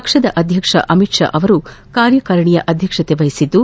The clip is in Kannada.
ಪಕ್ಷದ ಅಧ್ಯಕ್ಷ ಅಮಿತ್ ಷಾ ಅವರು ಕಾರ್ಯಕಾರಿಣಿಯ ಅಧ್ಯಕ್ಷತೆ ವಹಿಸಿದ್ದು